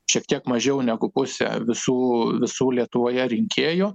šiek tiek mažiau negu pusė visų visų lietuvoje rinkėjų